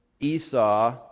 Esau